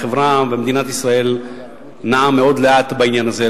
ומדינת ישראל נעה מאוד לאט בעניין הזה,